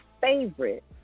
favorite